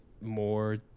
more